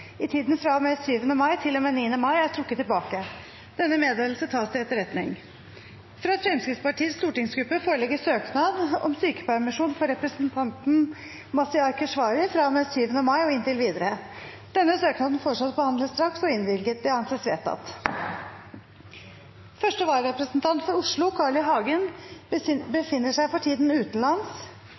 i tiden fra og med 7. mai til og med 9. mai er trukket tilbake. – Denne meddelelsen tas til etterretning. Fra Fremskrittspartiets stortingsgruppe foreligger søknad om sykepermisjon for representanten Mazyar Keshvari fra og med 7. mai og inntil videre. – Denne søknaden foreslås behandlet straks og innvilget. Det anses vedtatt. Første vararepresentant for Oslo, Carl I. Hagen , befinner seg for tiden utenlands